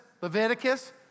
Leviticus